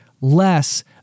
less